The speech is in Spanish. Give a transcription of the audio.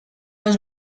los